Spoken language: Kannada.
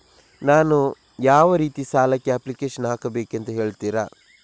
ನಾನು ಯಾವ ರೀತಿ ಸಾಲಕ್ಕೆ ಅಪ್ಲಿಕೇಶನ್ ಹಾಕಬೇಕೆಂದು ಹೇಳ್ತಿರಾ?